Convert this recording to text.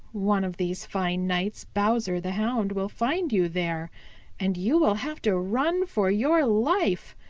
one of these fine nights bowser the hound will find you there and you will have to run for your life.